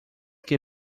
que